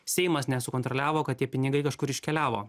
seimas nesukontroliavo kad tie pinigai kažkur iškeliavo